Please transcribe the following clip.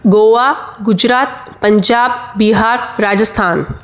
Goa Gujarat Punjab Bihar Rajasthan